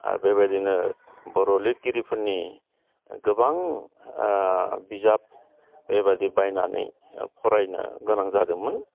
आर बेबादिनो बर' लिरगिरिफोरनि गोबां बिजाब बेबादि बायनानै फरायनो गोनां जादोंमोन